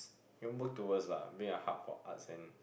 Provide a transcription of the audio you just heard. can work towards lah being a hub for arts and